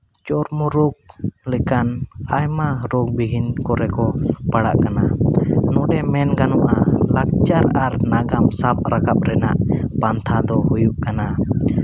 ᱪᱚᱨᱢᱚ ᱨᱳᱜᱽ ᱞᱮᱠᱟᱱ ᱟᱭᱢᱟ ᱨᱳᱜᱽ ᱵᱤᱦᱤᱱ ᱠᱚᱨᱮ ᱠᱚ ᱯᱟᱲᱟᱜ ᱠᱟᱱᱟ ᱱᱚᱰᱮ ᱢᱮᱱ ᱜᱟᱱᱚᱜᱼᱟ ᱞᱟᱠᱪᱟᱨ ᱟᱨ ᱱᱟᱜᱟᱢ ᱥᱟᱵ ᱨᱟᱠᱟᱵ ᱨᱮᱱᱟᱜ ᱯᱟᱱᱛᱷᱟ ᱫᱚ ᱦᱩᱭᱩᱜ ᱠᱟᱱᱟ